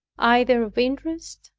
either of interest,